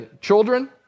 children